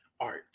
art